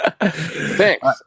Thanks